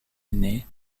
aîné